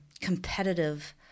competitive